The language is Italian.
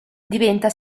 diventa